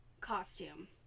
costume